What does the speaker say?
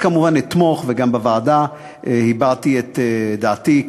אני כמובן אתמוך, וגם בוועדה הבעתי את דעתי.